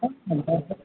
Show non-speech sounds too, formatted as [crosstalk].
[unintelligible]